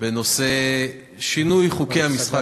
בנושא שינוי חוקי המשחק,